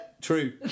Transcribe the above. true